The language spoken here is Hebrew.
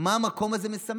של מה שהמקום הזה מסמל.